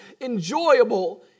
enjoyable